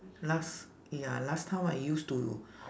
last ya last time I used to